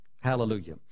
Hallelujah